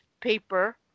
paper